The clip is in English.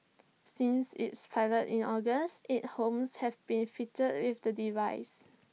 since its pilot in August eight homes have been fitted with the device